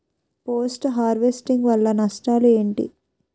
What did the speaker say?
Post harvesting వల్ల నష్టాలు ఏంటి?